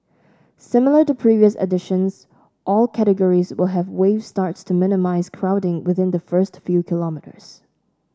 similar to previous editions all categories will have wave starts to minimise crowding within the first few kilometres